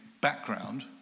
background